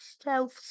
Stealth